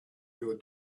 your